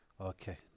Okay